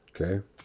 Okay